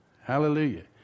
Hallelujah